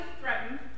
threatened